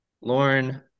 Lauren